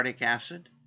acid